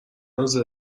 روزه